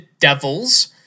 devils